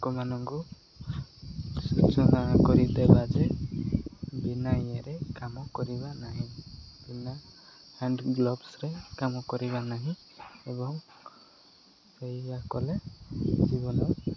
ଲୋକମାନଙ୍କୁ ସୂଚନା କରିଦେବା ଯେ ବିନା ଇଏରେ କାମ କରିବା ନାହିଁ ବିନା ହ୍ୟାଣ୍ଡ ଗ୍ଲୋଭସରେ କାମ କରିବା ନାହିଁ ଏବଂ ସେଇଆ କଲେ ଜୀବନ